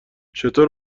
چطور